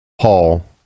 paul